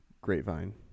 grapevine